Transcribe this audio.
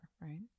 right